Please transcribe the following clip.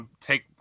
take